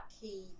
key